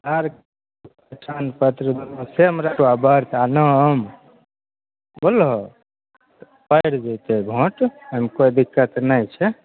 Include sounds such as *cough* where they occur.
आधार आ पहचान पत्र सेम रहतो *unintelligible* नाम सुनलहो तऽ पड़ि जेतै भोट एहिमे कोइ दिक्कत नहि छै